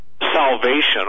salvation